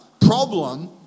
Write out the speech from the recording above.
problem